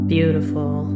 Beautiful